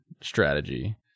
Strategy